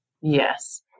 Yes